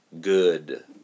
good